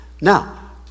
Now